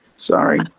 sorry